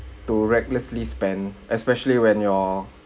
to recklessly spend especially when your